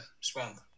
swamp